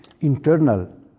internal